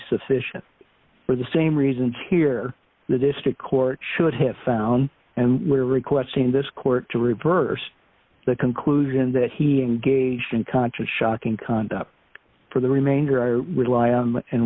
sufficient for the same reasons here the district court should have found and we're requesting this court to reverse the conclusion that he engaged in conscious shocking cond up for the remainder i